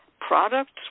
products